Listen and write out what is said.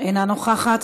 אינה נוכחת.